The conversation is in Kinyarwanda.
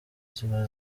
ziba